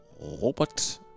Robert